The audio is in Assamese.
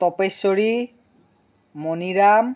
তপেশ্বৰী মণিৰাম